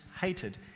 hated